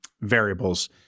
variables